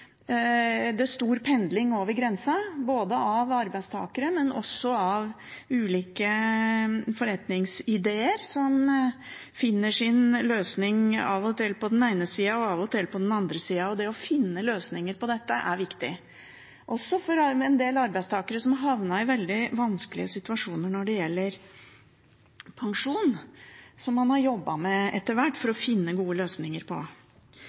det stor pendling over grensen, både av arbeidstakere og også av ulike forretningsideer som finner sin løsning – av og til på den ene siden og av og til på den andre siden. Det å finne løsninger på dette er viktig, også for en del arbeidstakere som har havnet i veldig vanskelige situasjoner når det gjelder pensjon, som man etter hvert har jobbet med for å finne gode løsninger på.